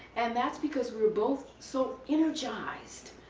and that's because we're both so energized.